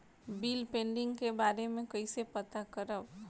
Bill pending के बारे में कईसे पता करब?